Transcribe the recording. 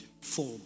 form